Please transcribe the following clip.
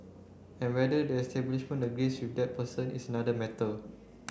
and whether the establishment agrees with that person is another matter